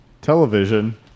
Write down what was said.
television